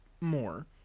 more